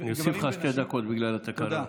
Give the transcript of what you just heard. אני מוסיף לך שתי דקות בגלל התקנון.